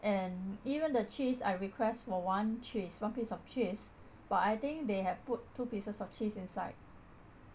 and even the cheese I request for one cheese one piece of cheese but I think they have put two pieces of cheese inside